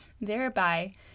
thereby